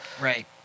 Right